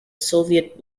soviet